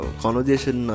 conversation